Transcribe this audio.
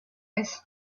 eyes